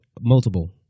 multiple